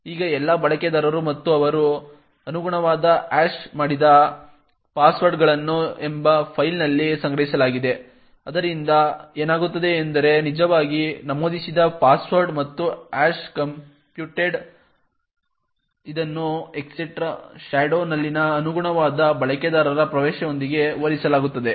ಈಗ ಎಲ್ಲಾ ಬಳಕೆದಾರರು ಮತ್ತು ಅವರ ಅನುಗುಣವಾದ ಹ್ಯಾಶ್ ಮಾಡಿದ ಪಾಸ್ವರ್ಡ್ಗಳನ್ನು etcshadow ಎಂಬ ಫೈಲ್ನಲ್ಲಿ ಸಂಗ್ರಹಿಸಲಾಗಿದೆ ಆದ್ದರಿಂದ ಏನಾಗುತ್ತದೆ ಎಂದರೆ ನಿಜವಾಗಿ ನಮೂದಿಸಿದ ಪಾಸ್ವರ್ಡ್ ಮತ್ತು ಹ್ಯಾಶ್ ಕಂಪ್ಯೂಟೆಡ್ ಇದನ್ನು etcshadow ನಲ್ಲಿನ ಅನುಗುಣವಾದ ಬಳಕೆದಾರರ ಪ್ರವೇಶದೊಂದಿಗೆ ಹೋಲಿಸಲಾಗುತ್ತದೆ